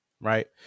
Right